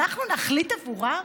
אנחנו נחליט עבורם?